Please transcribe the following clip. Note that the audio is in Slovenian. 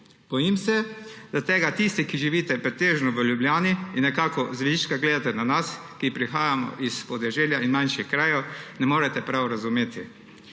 Bojim se, da tega tisti, ki živite pretežno v Ljubljani in nekako z viška gledate na nas, ki prihajamo s podeželja in manjših krajev, ne morete prav razumeti.